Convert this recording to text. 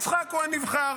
יצחק הוא הנבחר,